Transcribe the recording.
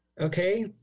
Okay